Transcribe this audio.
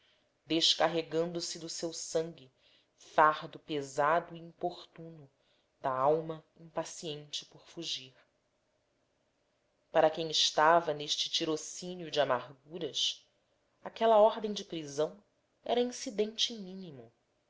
matéria descarregando se do seu sangue fardo pesado e importuno da alma impaciente por fugir ara quem estava neste tirocínio de amarguras aquela ordem de prisão era incidente mínimo